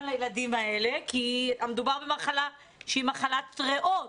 לילדים האלה כי מדובר במחלה שהיא מחלת ריאות,